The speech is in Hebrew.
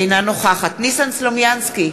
אינה נוכחת ניסן סלומינסקי,